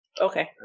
Okay